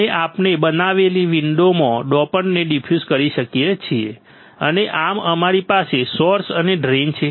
અને આપણે બનાવેલીવિન્ડોમાં ડોપન્ટને ડિફ્યુઝ કરી શકીએ છીએ અને આમ અમારી પાસે સોર્સ અને ડ્રેઇન છે